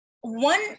one